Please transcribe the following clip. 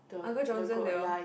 uncle Johnson they all